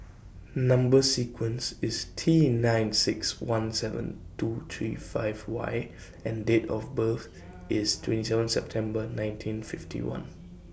Number sequence IS T nine six one seven two three five Y and Date of birth IS twenty seven September nineteen fifty one